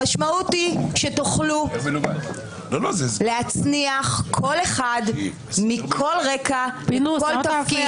המשמעות היא שתוכלו להצניח כל אחד מכל רקע לכל תפקיד,